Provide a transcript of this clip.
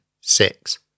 six